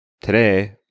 today